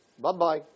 Bye-bye